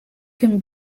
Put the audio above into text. can